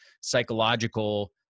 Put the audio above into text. psychological